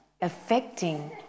affecting